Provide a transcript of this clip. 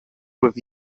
with